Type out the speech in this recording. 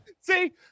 See